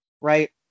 right